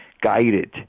guided